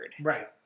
Right